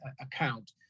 account